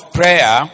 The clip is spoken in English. prayer